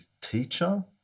teacher